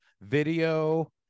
video